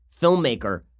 filmmaker